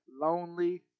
lonely